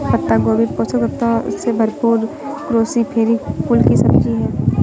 पत्ता गोभी पोषक तत्वों से भरपूर क्रूसीफेरी कुल की सब्जी है